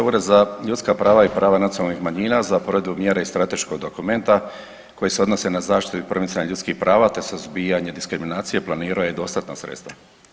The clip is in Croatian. Ured za ljudska prava i prava nacionalnih manjina za provedbu mjere i strateškog dokumenta koji se odnosi na zaštitu i promicanje ljudskih prava, te suzbijanje diskriminacije planirao je dostatna sredstva.